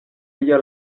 via